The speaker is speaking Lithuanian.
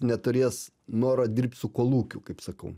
neturės noro dirbt su kolūkiu kaip sakau